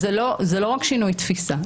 לא זה לא רק שינוי תפיסה.